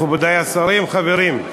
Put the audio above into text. מכובדי השרים, חברים,